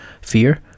fear